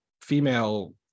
female